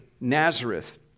Nazareth